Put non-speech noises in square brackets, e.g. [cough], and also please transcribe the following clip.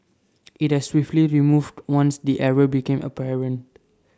[noise] IT has swiftly removed once the error became apparent